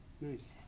nice